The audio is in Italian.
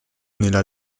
nella